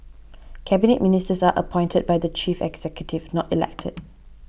Cabinet Ministers are appointed by the chief executive not elected